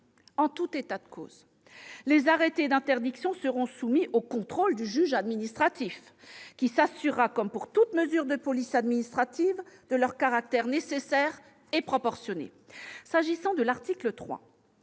En tout état de cause, les arrêtés d'interdiction seront soumis au contrôle du juge administratif, qui s'assurera, comme pour toute mesure de police administrative, de leur caractère nécessaire et proportionné. S'agissant de l'article 3,